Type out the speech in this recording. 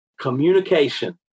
Communication